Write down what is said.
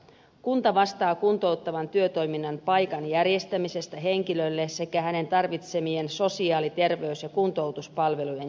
kunta vastaa kuntouttavan työtoiminnan paikan järjestämisestä henkilölle sekä hänen tarvitsemiensa sosiaali terveys ja kuntoutuspalvelujen järjestämisestä